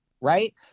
Right